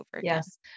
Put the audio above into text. Yes